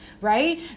right